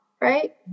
right